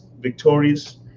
victorious